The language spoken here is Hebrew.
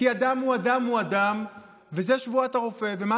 כי אדם הוא אדם הוא אדם, וזו שבועת הרופא.